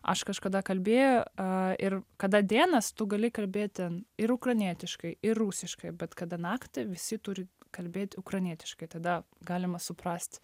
aš kažkada kalbėjo ir kada diena tu gali kalbėt ten ir ukrainietiškai ir rusiškai bet kada naktį visi turi kalbėt ukrainietiškai tada galima suprast